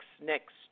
next